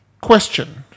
question